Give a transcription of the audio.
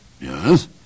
Yes